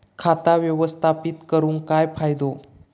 खाता व्यवस्थापित करून काय फायदो?